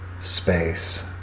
space